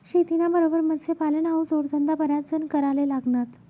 शेतीना बरोबर मत्स्यपालन हावू जोडधंदा बराच जण कराले लागनात